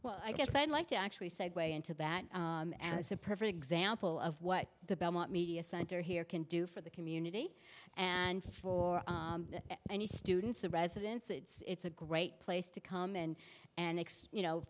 well i guess i'd like to actually segue into that as a perfect example of what the belmont media center here can do for the community and for any students and residents it's a great place to come in and x you know